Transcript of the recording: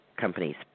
companies